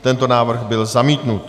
Tento návrh byl zamítnut.